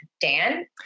Dan